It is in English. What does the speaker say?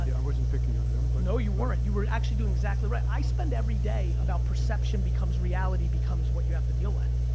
i wasn't picking on them. but no you weren't, you were actually doing exactly right. i spend every day about perception becomes reality becomes what you have to deal with.